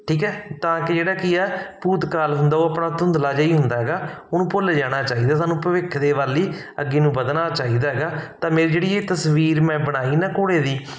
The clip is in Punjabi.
ਠੀਕ ਹੈ ਤਾਂ ਕਿ ਜਿਹੜਾ ਕੀ ਆ ਭੂਤ ਕਾਲ ਹੁੰਦਾ ਉਹ ਆਪਣਾ ਧੁੰਦਲਾ ਜਿਹਾ ਹੀ ਹੁੰਦਾ ਹੈਗਾ ਉਹਨੂੰ ਭੁੱਲ ਜਾਣਾ ਚਾਹੀਦਾ ਸਾਨੂੰ ਭਵਿੱਖ ਦੇ ਵੱਲ ਹੀ ਅੱਗੇ ਨੂੰ ਵਧਣਾ ਚਾਹੀਦਾ ਹੈਗਾ ਤਾਂ ਮੇਰੀ ਜਿਹੜੀ ਇਹ ਤਸਵੀਰ ਮੈਂ ਬਣਾਈ ਨਾ ਘੋੜੇ ਦੀ